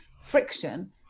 friction